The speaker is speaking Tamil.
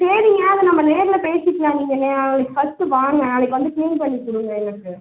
சரிங்க அத நம்ம நேரில் பேசிக்கிலாம் நீங்கள் நாளைக்கு ஃபஸ்ட்டு வாங்க நாளைக்கு வந்து கிளீன் பண்ணிக் கொடுங்க எனக்கு